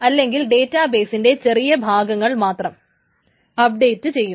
അല്ലെങ്കിൽ ഡേറ്റാ ബെയ്സിന്റെ ചെറിയ ഭാഗങ്ങൾ മാത്രം അപ്ഡേറ്റ് ചെയ്യും